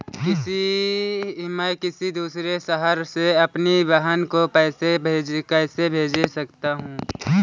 मैं किसी दूसरे शहर से अपनी बहन को पैसे कैसे भेज सकता हूँ?